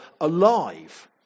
alive